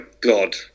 God